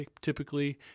typically